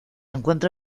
encuentra